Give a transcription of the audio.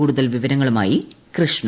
കൂടുതൽ വിവരങ്ങളുമായി കൃഷ്ണ